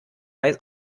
eis